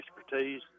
expertise